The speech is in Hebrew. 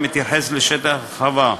המתייחס לשטח החווה,